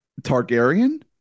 Targaryen